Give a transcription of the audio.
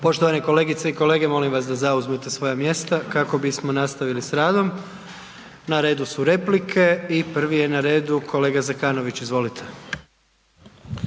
Poštovane kolegice i kolege, molim vas da zauzmete svoja mjesta kako bismo nastavili s radom. Na redu su replike i prvi je na redu kolega Zekanović, izvolite.